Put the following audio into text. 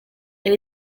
elle